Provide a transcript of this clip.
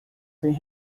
tem